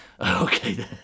Okay